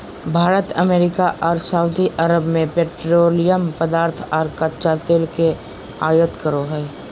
Bharat America आर सऊदीअरब से पेट्रोलियम पदार्थ आर कच्चा तेल के आयत करो हय